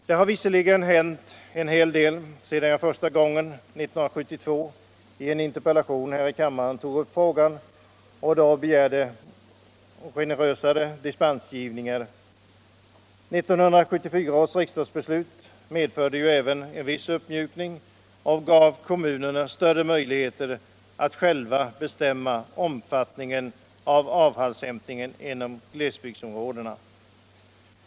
Det har visserligen hänt en hel del sedan jag första gången, 1972, i en interpellation här i kammaren tog upp frågan och begärde generösare dispensgivning. 1974 års riksdagsbeslut medförde ju även en viss uppmjukning och gav kommunerna större möjligheter att själva bestämma omfattningen av avfallshämtningen inom glesbygdsområdena.